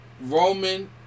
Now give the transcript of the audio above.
Roman